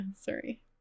sorry